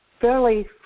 fairly